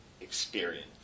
experience